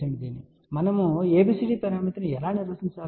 కాబట్టి మనము ABCD పరామితిని ఎలా నిర్వచించాలి